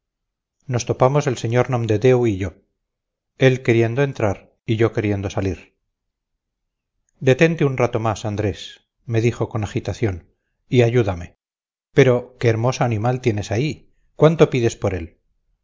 nos topamos el señor nomdedeu y yo él queriendo entrar y yo queriendo salir detente un rato más andrés me dijo con agitación y ayúdame pero qué hermoso animal tienes ahí cuánto pides por él